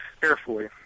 carefully